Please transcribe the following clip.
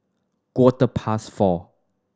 quarter past four